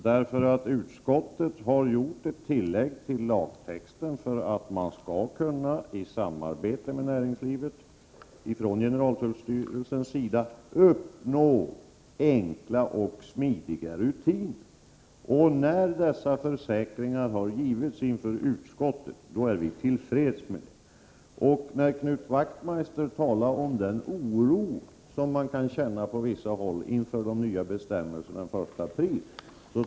Utskottet har nämligen gjort ett tillägg till lagtexten för att generaltullstyrelsen, i samarbete med näringslivet, skall kunna uppnå enkla och smidiga rutiner. När dessa försäkringar har getts inför utskottet är vi till freds. Knut Wachtmeister talar om den oro som man kan känna på vissa håll inför de nya bestämmelserna, som skall införas den 1 april.